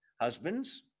Husbands